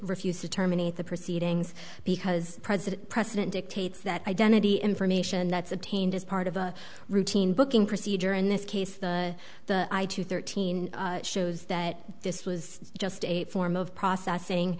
refuse to terminate the proceedings because president president dictates that identity information that's obtained as part of a routine booking procedure in this case the thirteen shows that this was just eight form of processing